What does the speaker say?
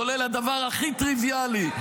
כולל הדבר הכי טריוויאלי,